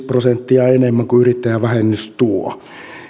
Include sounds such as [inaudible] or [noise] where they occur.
[unintelligible] prosenttia enemmän kuin yrittäjävähennys tuo